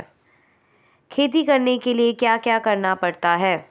खेती करने के लिए क्या क्या करना पड़ता है?